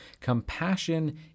compassion